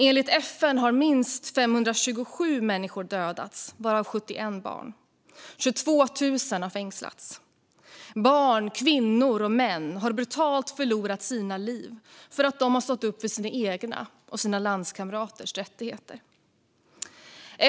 Enligt FN har minst 527 människor dödats, varav 71 barn. 22 000 har fängslats. Barn, kvinnor och män har brutalt förlorat sina liv för att de har stått upp för sina egna och sina landskamraters rättigheter.